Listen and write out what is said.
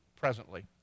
presently